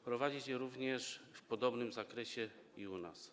wprowadzić takie zasady w podobnym zakresie u nas.